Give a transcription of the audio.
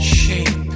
shape